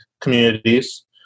communities